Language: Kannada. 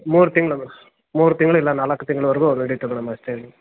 ಮೂರು ತಿಂಗಳು ಮೂರು ತಿಂಗಳು ಇಲ್ಲ ನಾಲ್ಕು ತಿಂಗಳವರೆಗೂ ನಡೀತದೆ ಅಷ್ಟೇ